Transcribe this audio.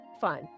fun